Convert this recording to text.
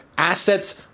assets